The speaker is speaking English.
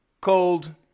cold